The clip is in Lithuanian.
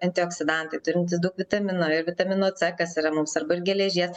antioksidantai turintys daug vitaminų ir vitamino c kas yra mums svarbu ir geležies